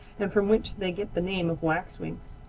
and from which they get the name of waxwings.